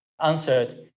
answered